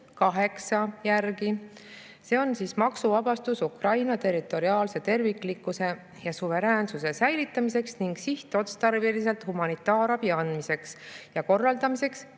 8 järgi. See on maksuvabastus Ukraina territoriaalse terviklikkuse ja suveräänsuse säilitamiseks ning sihtotstarbeliselt humanitaarabi andmiseks ja korraldamiseks